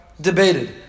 debated